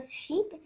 sheep